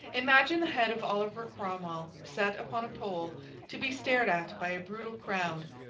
imagine the head of oliver cromwell set upon a pole to be stared at by a brutal crowd,